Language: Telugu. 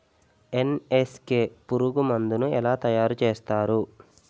ఎన్.ఎస్.కె పురుగు మందు ను ఎలా తయారు చేస్తారు?